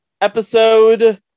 Episode